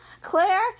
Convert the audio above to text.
Claire